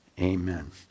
amen